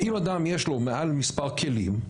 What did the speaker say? אם לאדם יש מעל למספר כלים,